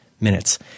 minutes